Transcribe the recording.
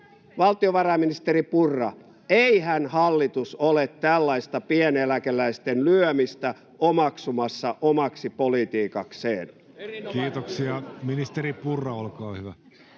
Valtiovarainministeri Purra, eihän hallitus ole tällaista pieneläkeläisten lyömistä omaksumassa omaksi politiikakseen? [Speech